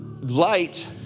light